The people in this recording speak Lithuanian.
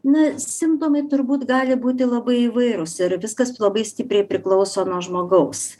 na simptomai turbūt gali būti labai įvairūs ir viskas labai stipriai priklauso nuo žmogaus